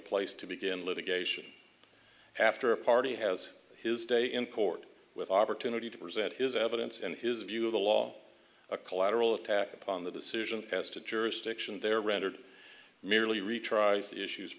place to begin litigation after a party has his day in court with opportunity to present his evidence and his view of the law a collateral attack upon the decision as to jurisdiction they're rendered merely retr